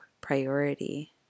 priority